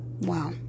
Wow